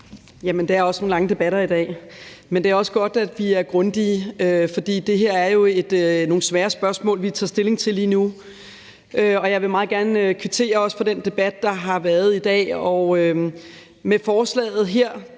Det er også nogle lange debatter i dag, men det er også godt, at vi er grundige, for det her er jo nogle svære spørgsmål, vi tager stilling til lige nu. Og jeg vil meget gerne kvittere, også for den debat, der har været i dag. Med forslaget her